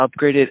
upgraded